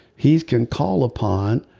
he can call upon.